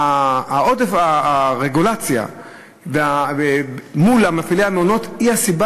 עודף הרגולציה מול מפעילי המעונות הוא הסיבה